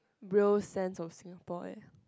real sense of Singapore and